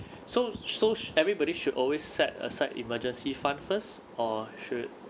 so so everybody should always set aside emergency fund first or should